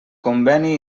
conveni